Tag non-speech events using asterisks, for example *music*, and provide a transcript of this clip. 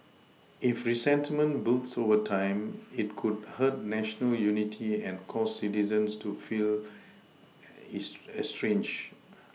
if resentment builds over time it could hurt national unity and cause citizens to feel *unintelligible* estranged